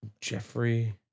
Jeffrey